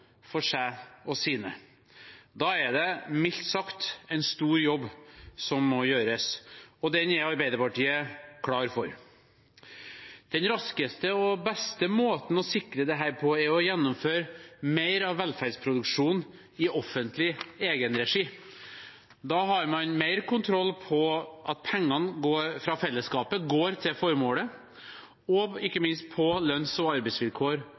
for seg og sine. Da er det mildt sagt en stor jobb som må gjøres, og den er Arbeiderpartiet klar for. Den raskeste og beste måten å sikre dette på er å gjennomføre mer av velferdsproduksjonen i offentlig egenregi. Da har man mer kontroll på at pengene fra fellesskapet går til formålet, og ikke minst på lønns- og arbeidsvilkår